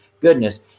Goodness